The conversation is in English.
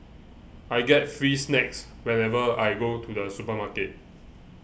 I get free snacks whenever I go to the supermarket